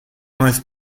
most